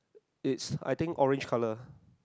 it's I think orange color